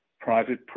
private